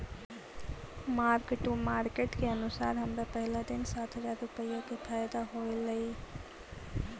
mark to market के अनुसार हमरा पहिला दिन सात हजार रुपईया के फयदा होयलई